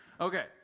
Okay